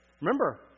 Remember